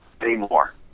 anymore